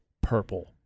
purple